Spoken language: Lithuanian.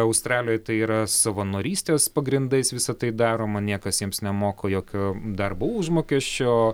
australijoj tai yra savanorystės pagrindais visa tai daroma niekas jiems nemoka jokio darbo užmokesčio